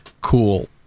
cool